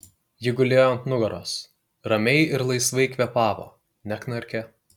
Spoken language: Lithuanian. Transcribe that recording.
ji gulėjo ant nugaros ramiai ir laisvai kvėpavo neknarkė